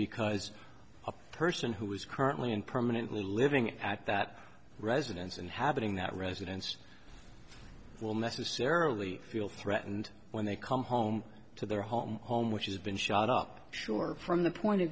because a person who is currently in permanent living at that residence inhabiting that residence will necessarily feel threatened when they come home to their home home which has been shot up sure from the point of